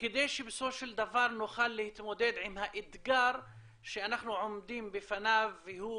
כדי שבסופו של דבר נוכל להתמודד עם האתגר שאנחנו עומדים בפניו והוא